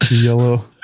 yellow